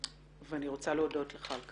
ואני רוצה להודות לך על כך.